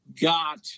got